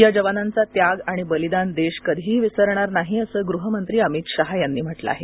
या जवानांचा त्याग आणि बलिदान देश कधीही विसरणार नाही असं गृहमंत्री अमित शहा यांनी म्हटलं आहे